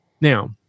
now